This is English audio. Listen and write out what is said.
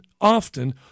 often